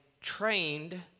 trained